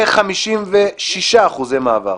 כ-56% מעבר,